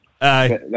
aye